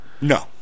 No